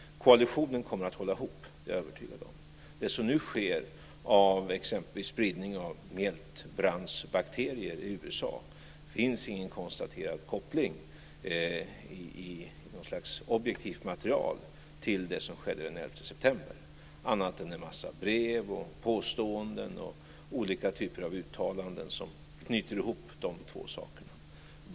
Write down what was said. Koalitionen kommer att hålla ihop. Det är jag övertygad om. Mellan det som nu sker, exempelvis spridning av mjältbrandsbakterier i USA, och det som skedde den 11 september finns ingen konstaterad koppling i något slags objektivt material, annat än en massa brev, påståenden och olika typer av uttalanden som knyter ihop de två sakerna.